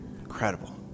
incredible